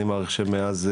אני חושב שמאז,